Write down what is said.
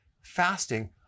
fasting